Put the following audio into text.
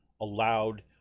allowed